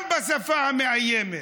בשפה המאיימת,